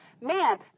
Man